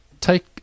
take